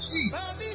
Jesus